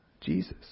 Jesus